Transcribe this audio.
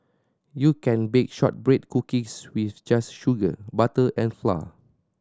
you can bake shortbread cookies with just sugar butter and flour